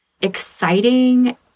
exciting